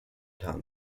town